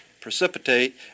precipitate